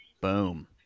Boom